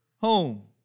home